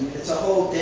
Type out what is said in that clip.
it's a whole,